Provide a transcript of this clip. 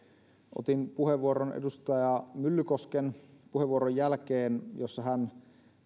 otin puheenvuoron edustaja myllykosken puheenvuoron jälkeen jossa hän